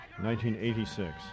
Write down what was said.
1986